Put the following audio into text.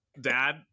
dad